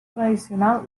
tradicional